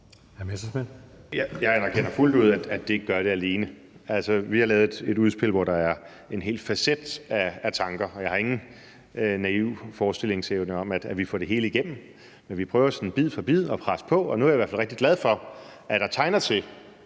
Jeg anerkender fuldt ud, at det ikke gør det alene. Altså, vi har lavet et udspil, hvor der er en hel palet af tanker, og jeg har ingen naiv forestilling om, at vi får det hele igennem, men vi prøver sådan bid for bid at presse på. Og jeg er i hvert fald rigtig glad for, at der nu tegner sig